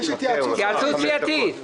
יש התייעצות סיעתית.